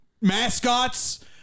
mascots